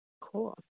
Cool